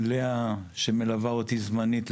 לאה שמלווה אותי זמנית,